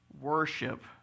worship